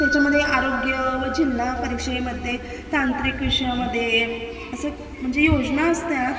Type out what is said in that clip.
त्याच्यामध्ये आरोग्य व जिल्हा परीक्षेमध्ये तांत्रिक विषयामध्ये असं म्हणजे योजना असतात